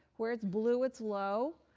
where it's blue, it's low.